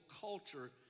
culture